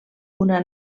una